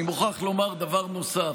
אני מוכרח לומר דבר נוסף.